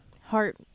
heart